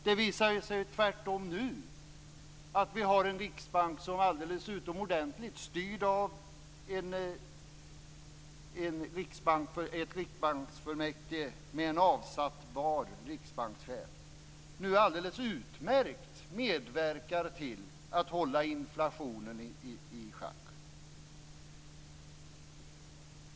Det visar sig tvärtom nu att vi har en riksbank, styrd av ett riksbanksfullmäktige med en avsattbar riksbankschef, som alldeles utomordentligt medverkar till att hålla inflationen i schack.